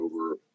over